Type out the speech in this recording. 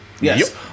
Yes